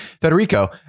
Federico